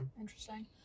Interesting